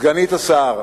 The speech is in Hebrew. סגנית השר,